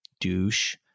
douche